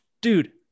dude